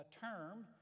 term